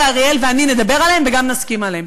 אריאל ואני נדבר עליהם וגם נסכים עליהם,